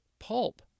pulp